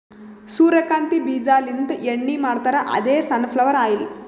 ಸೂರ್ಯಕಾಂತಿ ಬೀಜಾಲಿಂತ್ ಎಣ್ಣಿ ಮಾಡ್ತಾರ್ ಅದೇ ಸನ್ ಫ್ಲವರ್ ಆಯಿಲ್